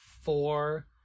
four